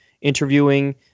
interviewing